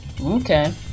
okay